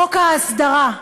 חוק ההסדרה,